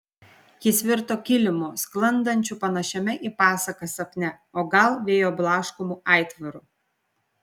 jis virto kilimu sklandančiu panašiame į pasaką sapne o gal vėjo blaškomu aitvaru